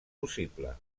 possible